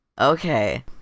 Okay